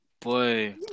Boy